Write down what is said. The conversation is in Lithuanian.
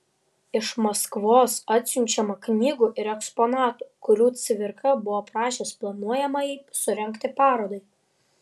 iš maskvos atsiunčiama knygų ir eksponatų kurių cvirka buvo prašęs planuojamai surengti parodai